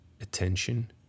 attention